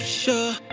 sure